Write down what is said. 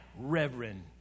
reverend